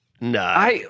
No